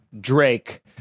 Drake